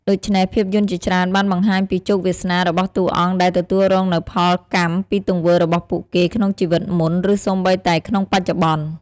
ដូច្នេះ ភាពយន្តជាច្រើនបានបង្ហាញពីជោគវាសនារបស់តួអង្គដែលទទួលរងនូវផលកម្មពីទង្វើរបស់ពួកគេក្នុងជីវិតមុន ឬសូម្បីតែក្នុងបច្ចុប្បន្ន។